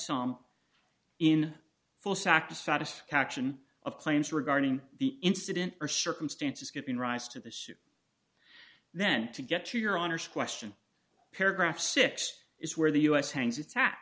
some in full sack to satisfaction of claims regarding the incident or circumstances giving rise to the suit then to get to your honor's question paragraph six is where the u s hangs attack